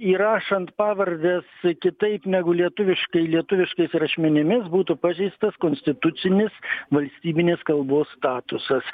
įrašant pavardes kitaip negu lietuviškai lietuviškais rašmenimis būtų pažeistas konstitucinis valstybinės kalbos statusas